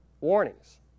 warnings